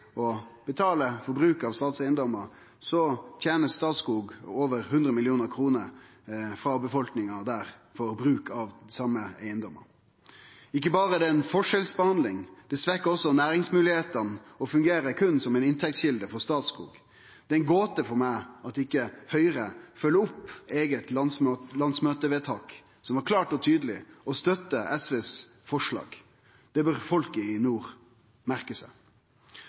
å betale for bruk av statseigedomar, tener Statskog over 100 mill. kr frå befolkninga der på bruken av same typen eigedomar. Ikkje berre er det ei forskjellsbehandling, det svekkjer også næringsmoglegheitene og fungerer berre som ei inntektskjelde for Statskog. Det er ei gåte for meg at ikkje Høgre følgjer opp eige landsmøtevedtak, som var klart og tydeleg, og støttar SVs forslag. Det bør folket i nord merkje seg.